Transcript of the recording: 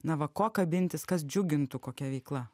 na va ko kabintis kas džiugintų kokia veikla